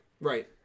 Right